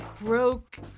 broke